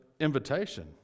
invitation